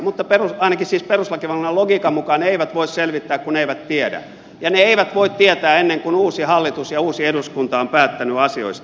mutta ainakaan siis perustuslakivaliokunnan logiikan mukaan he eivät voi selvittää kun eivät tiedä ja he eivät voi tietää ennen kuin uusi hallitus ja uusi eduskunta on päättänyt asioista